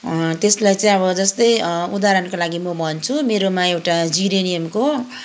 त्यसलाई चाहिँ अब जस्तै उदाहरणको लागि म भन्छु मेरोमा एउटा जिरेनियमको